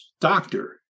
doctor